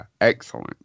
excellent